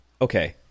okay